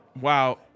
Wow